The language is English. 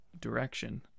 direction